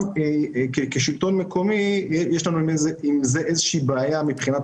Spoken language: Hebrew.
לנו כשלטון מקומי יש איזו שהיא בעיה מבחינת